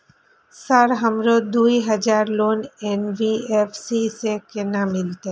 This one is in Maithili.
सर हमरो दूय हजार लोन एन.बी.एफ.सी से केना मिलते?